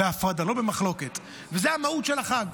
בהפרדה, לא במחלוקת, וזו המהות של החג.